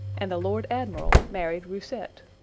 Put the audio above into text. and the lord admiral married roussette.